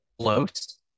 close